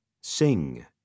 sing